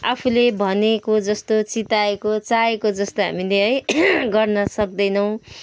आफूले भनेको जस्तो चिताएको चाहेको जस्तो हामीले है गर्न सक्दैनौँ